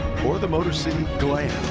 or the motor city glam.